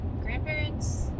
grandparents